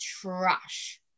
trash